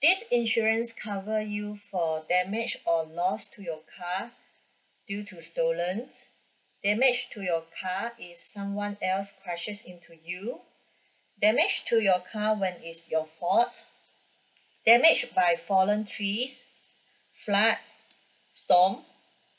this insurance cover you for damage or loss to your car due to stolen damage to your car is someone else crushes into you damage to your car when it's your fault damage by fallen trees flood storm